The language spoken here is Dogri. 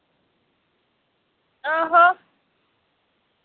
आहो